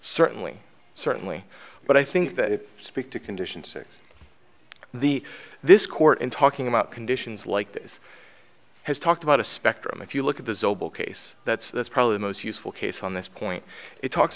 certainly certainly but i think that it speak to condition six the this court in talking about conditions like this has talked about a spectrum if you look at the zobel case that's probably the most useful case on this point it talks